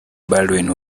baldwin